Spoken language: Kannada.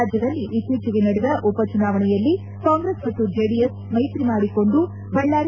ರಾಜ್ಯದಲ್ಲಿ ಇತ್ತೀಚೆಗೆ ನಡೆದ ಉಪಚುನಾವಣೆಯಲ್ಲಿ ಕಾಂಗ್ರೆಸ್ ಮತ್ತು ಜೆಡಿಎಸ್ ಮೈತ್ರಿ ಮಾಡಿಕೊಂಡು ಬಳ್ಳಾರಿ